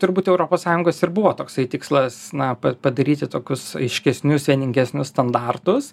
turbūt europos sąjungos ir buvo toksai tikslas na padaryti tokius aiškesnius vieningesnius standartus